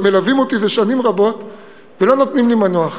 מלווים אותי זה שנים רבות ולא נותנים לי מנוח.